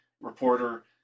reporter